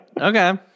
Okay